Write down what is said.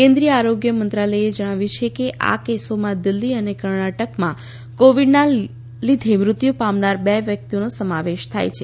કેન્દ્રીય આરોગ્ય મંત્રાલયે જણાવ્યું છે કે આ કેસોમાં દિલ્હી અને કર્ણાટકમાં કોવિડના લીધે મૃત્યુ પામનાર બે વ્યક્તિઓનો સમાવેશ થાય છે